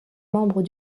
membres